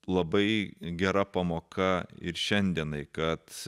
labai gera pamoka ir šiandienai kad